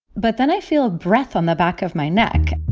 but then i feel a breath on the back of my neck,